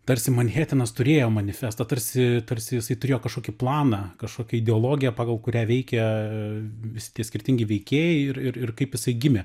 tarsi manhetenas turėjo manifestą tarsi tarsi jisai turėjo kažkokį planą kažkokią ideologiją pagal kurią veikia visi tie skirtingi veikėjai ir ir kaip jisai gimė